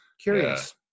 Curious